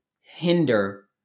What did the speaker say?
hinder